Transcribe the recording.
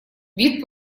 вид